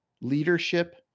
leadership